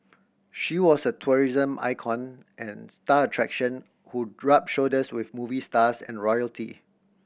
she was a tourism icon and star attraction who rubbed shoulders with movie stars and royalty